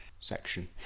Section